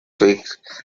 week